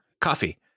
Coffee